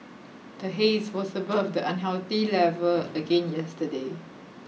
the haze was above the unhealthy level again yesterday